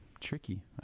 tricky